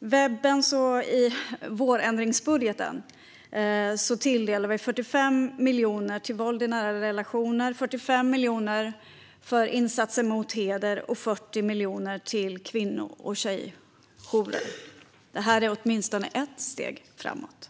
I vårändringsbudgeten tilldelar vi 45 miljoner till arbetet mot våld i nära relationer, 45 miljoner till insatser mot hedersrelaterade brott och 40 miljoner till kvinno och tjejjourer. Det är åtminstone ett steg framåt.